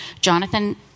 Jonathan